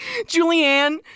Julianne